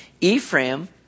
Ephraim